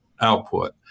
output